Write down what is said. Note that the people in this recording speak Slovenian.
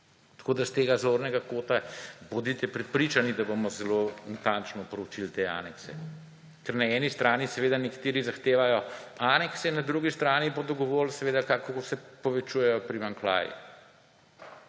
Tako da s tega zornega kota bodite prepričani, da bomo zelo natančno proučili te anekse. Ker na eni strani nekateri zahtevajo anekse, na drugi strani bodo govorili, kako se povečujejo primanjkljaji.